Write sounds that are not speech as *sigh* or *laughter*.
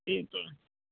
*unintelligible*